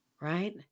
right